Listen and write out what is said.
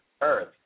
earth